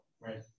right